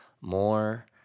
more